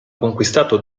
conquistato